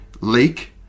leak